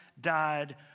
died